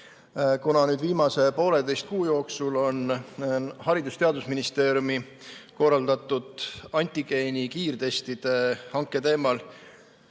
Kuna nüüd viimase poolteise kuu jooksul on Haridus‑ ja Teadusministeeriumi korraldatud antigeeni kiirtestide hanke teemal